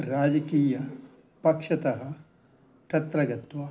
राजकीयपक्षतः तत्र गत्वा